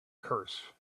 curse